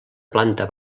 planta